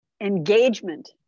engagement